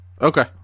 Okay